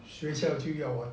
学校就要我